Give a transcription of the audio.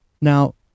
now